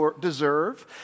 deserve